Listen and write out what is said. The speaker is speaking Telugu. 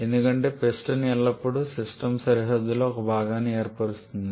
ఎందుకంటే పిస్టన్ ఎల్లప్పుడూ సిస్టమ్ సరిహద్దులో ఒక భాగాన్ని ఏర్పరుస్తుంది